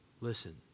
Listen